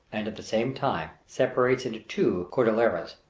and, at the same time, separates into two cordilleras,